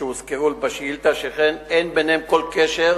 שהוזכרו בשאילתא, שכן אין ביניהם כל קשר